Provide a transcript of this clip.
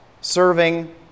serving